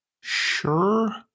Sure